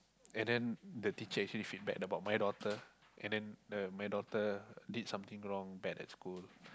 and then the teacher actually feedback about my daughter and then the my daughter did something wrong bad at school